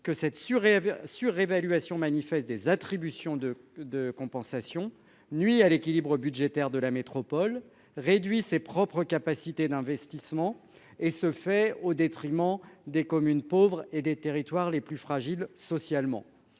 que cette. Surévaluation manifeste des attributions de de compensation nuit à l'équilibre budgétaire de la métropole réduit ses propres capacités d'investissement et se fait au détriment des communes pauvres et des territoires les plus fragiles socialement